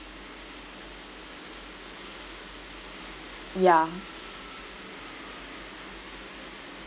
ya